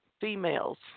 females